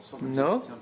No